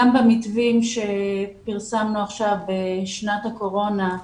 גם במתווים שפרסמנו עכשיו בשנת הקורונה,